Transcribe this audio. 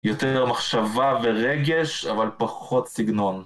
יותר מחשבה ורגש, אבל פחות סגנון.